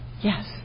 Yes